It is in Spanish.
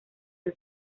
del